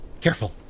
Careful